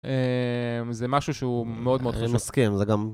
זה משהו שהוא מאוד מאוד חשוב. אני מסכים, זה גם...